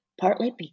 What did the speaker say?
partly